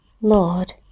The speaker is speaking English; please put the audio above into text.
Lord